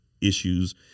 issues